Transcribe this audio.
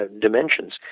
dimensions